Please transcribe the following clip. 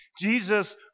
Jesus